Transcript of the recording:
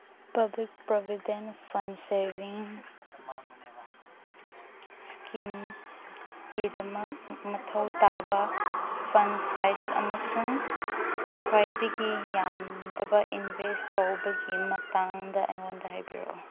public provident fund saving ꯏꯁꯀꯤꯝꯀꯤꯗꯃꯛ ꯃꯊꯧ ꯇꯥꯕ ꯐꯟ ꯁꯥꯏꯖ ꯑꯃꯁꯨꯡ ꯈ꯭ꯋꯥꯏꯗꯒꯤ ꯌꯥꯝꯗꯕ ꯏꯟꯚꯦꯁ ꯇꯧꯕꯒꯤ ꯃꯇꯥꯡꯗ ꯑꯩꯉꯣꯟꯗ ꯍꯥꯏꯕꯤꯔꯛꯎ